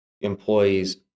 employees